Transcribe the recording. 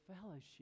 fellowship